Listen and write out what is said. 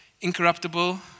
Incorruptible